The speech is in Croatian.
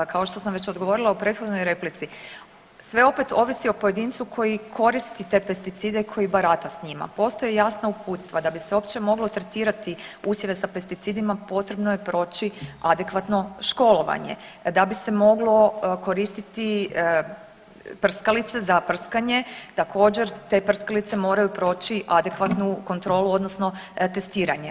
Kao što sam već odgovorila u prethodnoj replici, sve opet ovisi o pojedincu koji koristi te pesticide i koji barata s njima, postoje jasna uputstva, da bi se uopće moglo tretirati usjeve sa pesticidima potrebno je proći adekvatno školovanje, da bi se moglo koristiti prskalice za prskanje također te prskalice moraju proći adekvatnu kontrolu odnosno testiranje.